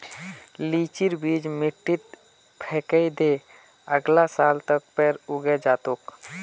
लीचीर बीज मिट्टीत फेकइ दे, अगला साल तक पेड़ उगे जा तोक